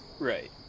Right